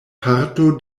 parto